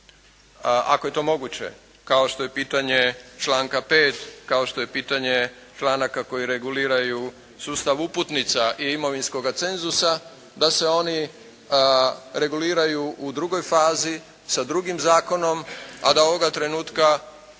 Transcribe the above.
ako je to moguće, kao što je pitanje članka 5., kao što je pitanje članaka koji reguliraju sustav uputnica i imovinskoga cenzusa da se oni reguliraju u drugoj fazi sa drugim zakonom, a da ovoga trenutka